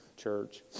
church